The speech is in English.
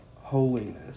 holiness